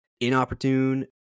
inopportune